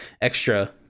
extra